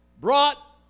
brought